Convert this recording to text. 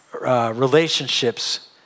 relationships